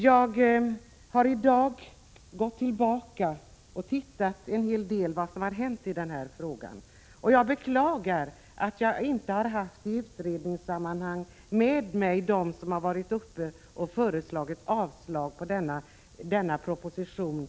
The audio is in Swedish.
Jag har i dag gått tillbaka och tittat på vad som tidigare har hänt i den här frågan. Jag beklagar att jag inte i utredningssammanhang haft med mig dem som här har yrkat avslag på propositionen.